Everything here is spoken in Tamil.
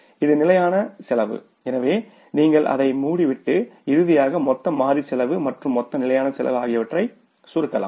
இது நிலையான செலவு எனவே நீங்கள் அதை மூடிவிட்டு இறுதியாக மொத்த மாறி செலவு மற்றும் மொத்த நிலையான செலவு ஆகியவற்றைச் சுருக்கலாம்